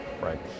Right